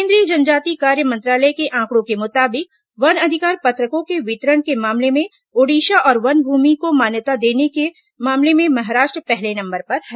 केंद्रीय जनजातीय कार्य मंत्रालय के आंकड़ों के मुताबिक वन अधिकार पत्रकों के वितरण के मामले में ओडिशा और वन भूमि को मान्यता देने के मामले में महाराष्ट्र पहले नंबर पर है